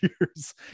years